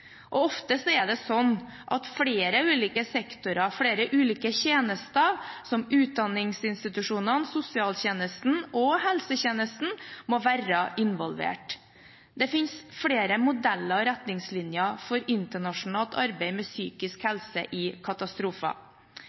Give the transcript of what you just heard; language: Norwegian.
og ofte er det slik at flere ulike sektorer og flere ulike tjenester, som utdanningsinstitusjonene, sosialtjenesten og helsetjenesten, må være involvert. Det finnes flere modeller og retningslinjer for internasjonalt arbeid med psykisk helse i katastrofer.